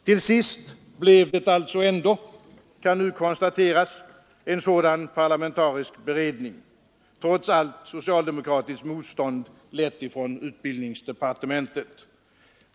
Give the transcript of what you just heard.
Till sist blev det ändå, kan nu konstateras, en sådan parlamentarisk beredning — trots allt socialdemokratiskt motstånd, lett från utbildningsdepartementet.